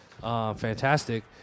Fantastic